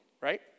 right